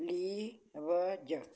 ਲੀ ਵਜ